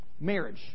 Marriage